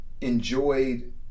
enjoyed